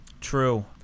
true